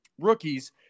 rookies